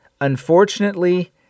Unfortunately